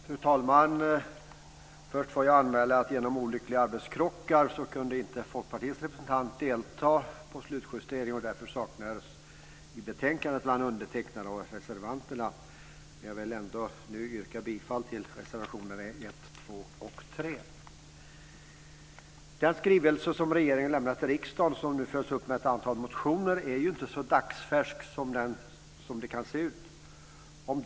Fru talman! Först får jag anmäla att genom olyckliga arbetskrockar kunde Folkpartiets representant inte delta i slutjusteringen. Därför saknas vi i betänkandet bland de undertecknade reservanterna. Jag vill ändå yrka bifall till reservationerna 1, 2 och 3. Den skrivelse som regeringen lämnat till riksdagen och som följts upp med ett antal motioner är inte så dagsfärsk som den kan se ut.